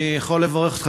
אני יכול לברך אותך,